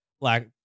black